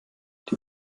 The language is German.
die